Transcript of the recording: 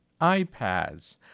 iPads